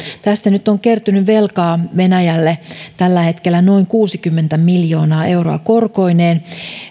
tästä nyt on kertynyt velkaa venäjälle tällä hetkellä noin kuusikymmentä miljoonaa euroa korkoineen